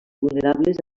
vulnerables